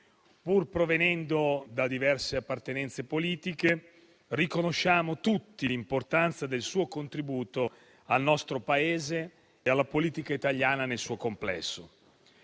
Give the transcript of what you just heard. Pur provenendo da diverse appartenenze politiche, riconosciamo tutti l'importanza del suo contributo al nostro Paese e alla politica italiana nel suo complesso.